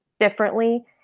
differently